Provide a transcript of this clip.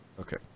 Okay